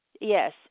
Yes